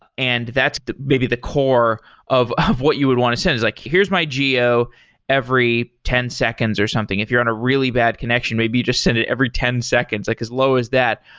and that's maybe the core of of what you would want to send. it's like, here's my geo every ten seconds or something. if you're on a really bad connection, maybe you just send it every ten seconds, like as low as that.